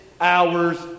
hours